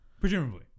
Presumably